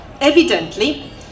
Evidently